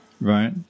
Right